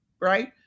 right